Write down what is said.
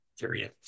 Period